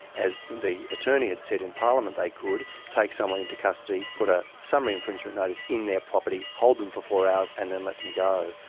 as the attorney had said in parliament they could, take someone into custody, put a summary infringement notice in their property, hold them for four hours and then let go.